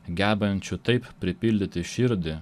gebančių taip pripildyti širdį